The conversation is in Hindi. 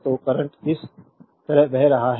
तो करंट इस तरह बह रहा है